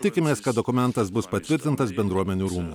tikimės kad dokumentas bus patvirtintas bendruomenių rūmų